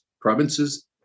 provinces